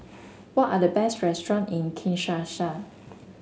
what are the best restaurant in Kinshasa